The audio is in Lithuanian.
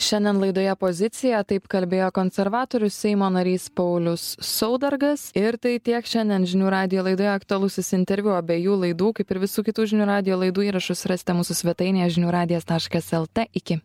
šiandien laidoje pozicija taip kalbėjo konservatorių seimo narys paulius saudargas ir tai tiek šiandien žinių radijo laidoje aktualusis interviu abiejų laidų kaip ir visų kitų žinių radijo laidų įrašus rasite mūsų svetainėje žinių radijas taškas lt iki